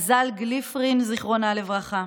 מזל גליפרין, זיכרונה לברכה.